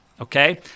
okay